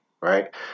right